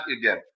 again